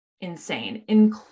insane